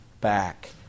back